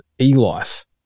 eLife